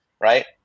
right